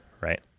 right